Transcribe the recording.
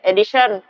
Edition